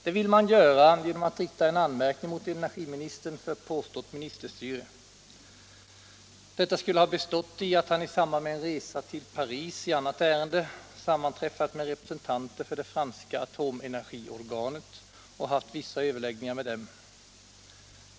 Det vill man göra genom att rikta en anmärkning mot energiministern för påstått ministerstyre. Detta skulle ha bestått i att han i samband med en resa till Paris i annat ärende har sammanträffat med representanter för det franska atomenergiorganet och haft vissa överläggningar med det.